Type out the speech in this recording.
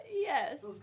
Yes